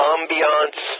Ambiance